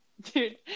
Dude